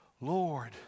Lord